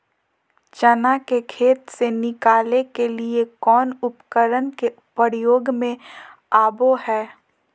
चना के खेत से निकाले के लिए कौन उपकरण के प्रयोग में आबो है?